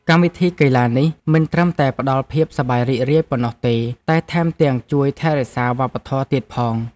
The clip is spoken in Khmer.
កម្មវិធីកីឡានេះមិនត្រឹមតែផ្តល់ភាពសប្បាយរីករាយប៉ុណ្ណោះទេ តែថែមទាំងជួយថែរក្សាវប្បធម៌ទៀតផង។